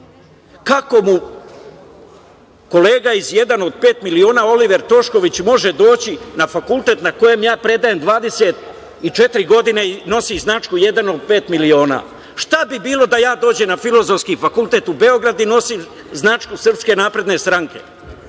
mu kolega iz „Jedan od pet miliona“ Oliver Tošković može doći na fakultet na kojem ja predajem 24 godine i nosi značku „Jedan od pet miliona“? Šta bi bilo da ja dođem na Filozofski fakultet u Beogradu i nosim značku SNS? Da li je